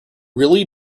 really